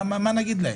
מה נגיד להם?